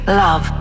love